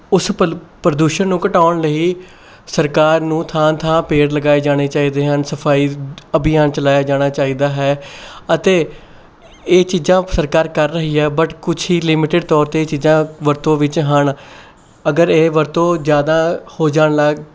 ਉਸ ਪਲ ਪ੍ਰਦੂਸ਼ਣ ਨੂੰ ਘਟਾਉਣ ਲਈ ਸਰਕਾਰ ਨੂੰ ਥਾਂ ਥਾਂ ਪੇੜ ਲਗਾਏ ਜਾਣੇ ਚਾਹੀਦੇ ਹਨ ਸਫਾਈ ਅਭਿਆਨ ਚਲਾਇਆ ਜਾਣਾ ਚਾਹੀਦਾ ਹੈ ਅਤੇ ਇਹ ਚੀਜ਼ਾਂ ਸਰਕਾਰ ਕਰ ਰਹੀ ਹੈ ਬਟ ਕੁਛ ਹੀ ਲਿਮਿਟਡ ਤੌਰ 'ਤੇ ਇਹ ਚੀਜ਼ਾਂ ਵਰਤੋਂ ਵਿੱਚ ਹਨ ਅਗਰ ਇਹ ਵਰਤੋਂ ਜ਼ਿਆਦਾ ਹੋ ਜਾਣ ਲੱਗ